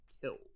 killed